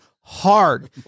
hard